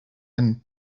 and